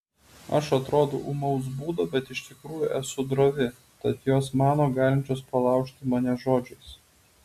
aš atrodau ūmaus būdo bet iš tikrųjų esu drovi tad jos mano galinčios palaužti mane žodžiais